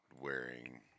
wearing